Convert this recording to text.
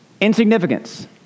Insignificance